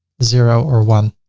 zero or one.